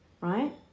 right